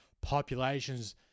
populations